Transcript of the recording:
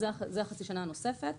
זאת החצי שנה הנוספת